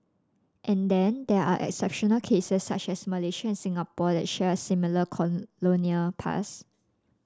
and then there are exceptional cases such as Malaysia and Singapore that share similar colonial past